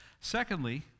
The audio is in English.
Secondly